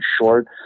short